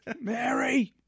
Mary